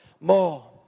more